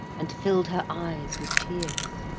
and fill'd her eyes with tears?